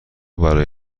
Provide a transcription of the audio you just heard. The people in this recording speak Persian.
برای